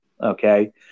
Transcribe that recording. Okay